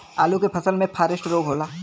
आलू के फसल मे फारेस्ट रोग होला?